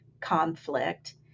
conflict